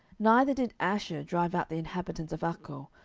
neither did asher drive out the inhabitants of accho,